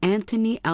Anthony